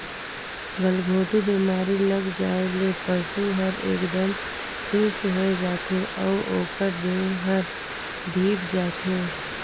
गलघोंटू बेमारी लग जाये ले पसु हर एकदम सुस्त होय जाथे अउ ओकर देह हर धीप जाथे